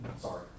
sorry